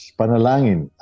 panalangin